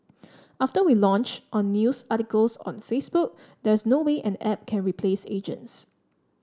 after we launched on news articles on Facebook there's no way an app can replace agents